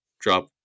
drop